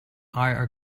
are